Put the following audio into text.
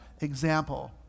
example